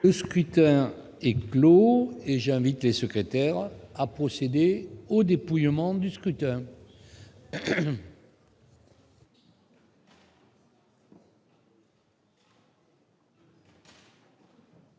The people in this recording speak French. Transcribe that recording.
Le scrutin est clos. J'invite Mmes et MM. les secrétaires à procéder au dépouillement du scrutin.